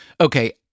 Okay